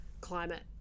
climate